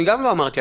גם אני לא אמרתי.